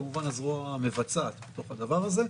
הזרוע המבצעת את הדבר הזה.